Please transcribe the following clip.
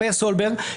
אומר סולברג,